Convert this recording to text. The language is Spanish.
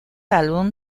álbum